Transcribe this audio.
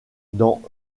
dans